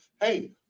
hey